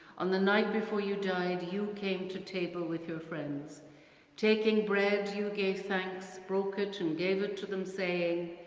on the night before you died you came to table with your friends taking bread, you gave thanks, broke it and gave it to them saying.